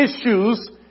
issues